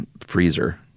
freezer